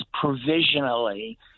provisionally